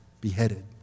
beheaded